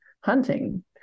hunting